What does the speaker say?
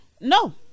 No